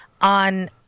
on